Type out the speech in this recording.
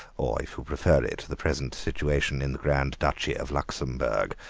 or, if you prefer it, the present situation in the grand duchy of luxemburg.